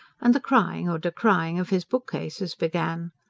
and the crying or decrying of his bookcases began.